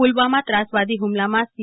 પુલવામાં ત્રાસવાદી હુમલામાં સી